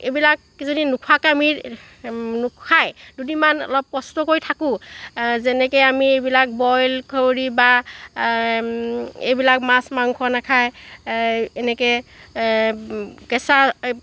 এইবিলাক কিজানি নোখোৱাকৈ আমি নাখাই দুদিনমান অলপ কষ্ট কৰি থাকোঁ যেনেকৈ আমি এইবিলাক বইল কৰি বা এইবিলাক মাছ মাংস নাখায় এনেকে কেঁচা